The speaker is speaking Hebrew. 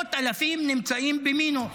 מאות אלפים נמצאים במינוס.